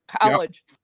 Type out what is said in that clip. college